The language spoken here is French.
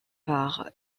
par